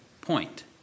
point